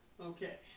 Okay